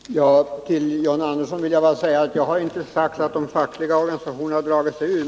Herr talman! Till John Andersson vill jag bara säga att jag inte sagt att de fackliga organisationerna dragit sig ur.